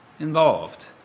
involved